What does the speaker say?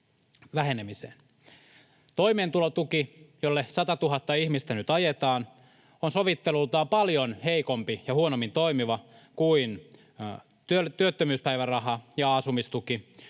vähenemiseen. Toimeentulotuki, jolle 100 000 ihmistä nyt ajetaan, on sovittelultaan paljon heikompi ja huonommin toimiva kuin työttömyyspäiväraha ja asumistuki.